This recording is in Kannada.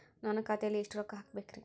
ನಾನು ಖಾತೆಯಲ್ಲಿ ಎಷ್ಟು ರೊಕ್ಕ ಹಾಕಬೇಕ್ರಿ?